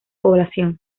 población